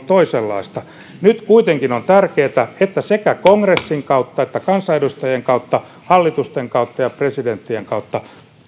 toisenlaista nyt kuitenkin on tärkeätä että sekä kongressin kautta että kansanedustajien kautta hallitusten kautta ja presidenttien kautta